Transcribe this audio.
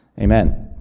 Amen